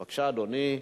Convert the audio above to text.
בבקשה, אדוני,